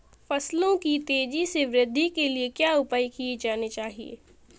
फसलों की तेज़ी से वृद्धि के लिए क्या उपाय किए जाने चाहिए?